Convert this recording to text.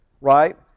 right